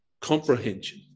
comprehension